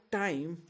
time